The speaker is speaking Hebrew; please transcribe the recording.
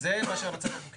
זה מה שקיים.